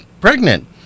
pregnant